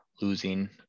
losing